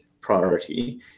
priority